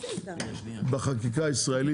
בחקיקה הישראלית,